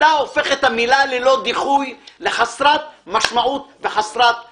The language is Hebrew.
אתה הופך את המילים ללא דיחוי לחסרות משמעות וחסרות תוכן.